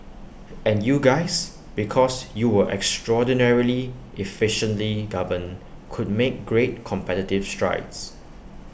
and you guys because you were extraordinarily efficiently governed could make great competitive strides